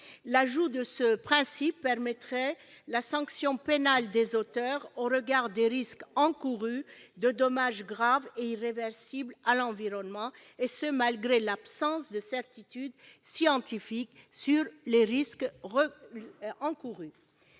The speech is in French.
L'ajout de ce principe permettrait la sanction pénale des auteurs au regard des risques encourus de dommages graves et irréversibles à l'environnement, et ce malgré l'absence de certitude scientifique sur ces risques.